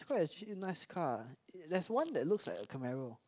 quite actually nice car there's one that looks like a Camarro